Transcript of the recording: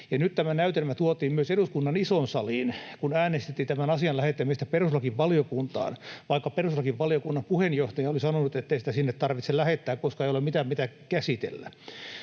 Nyt tämä näytelmä tuotiin myös eduskunnan isoon saliin, kun äänestettiin tämän asian lähettämisestä perustuslakivaliokuntaan, vaikka perustuslakivaliokunnan puheenjohtaja oli sanonut, ettei sitä sinne tarvitse lähettää, koska ei ole mitään, mitä käsitellä.